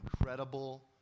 incredible